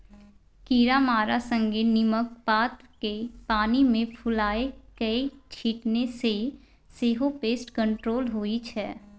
कीरामारा संगे नीमक पात केँ पानि मे फुलाए कए छीटने सँ सेहो पेस्ट कंट्रोल होइ छै